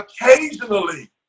occasionally